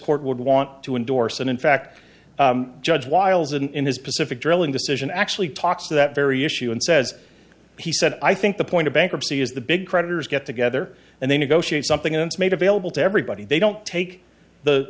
court would want to endorse and in fact judge wiles and in his pacific drilling decision actually talks to that very issue and says he said i think the point of bankruptcy is the big creditors get together and they negotiate something and made available to everybody they don't take